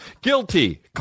guilty